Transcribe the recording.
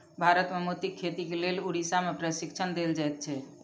भारत मे मोतीक खेतीक लेल उड़ीसा मे प्रशिक्षण देल जाइत छै